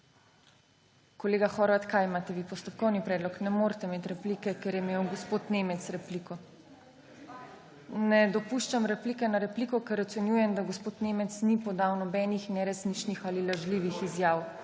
Kolega Horvat, kaj imate vi? Postopkovni predlog? Ne morete imeti replike, ker je imel gospod Nemec repliko. / oglašanje iz dvorane/ Ne dopuščam replike na repliko, ker ocenjujem, da gospod Nemec ni podal nobenih neresničnih ali lažnivih izjav.